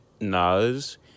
Nas